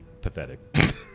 Pathetic